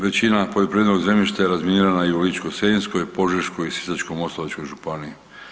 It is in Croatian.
Većina poljoprivrednog zemljišta je razminirana i u Ličko-senjskoj, Požeškoj i Sisačko-moslavačkoj županiji.